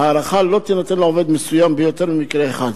ההארכה לא תינתן לעובד מסוים ביותר ממקרה אחד.